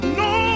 no